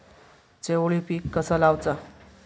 चवळी पीक कसा लावचा?